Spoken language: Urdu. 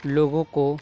لوگوں کو